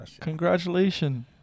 Congratulations